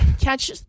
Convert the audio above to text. Catch